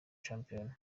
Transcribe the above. shampiyona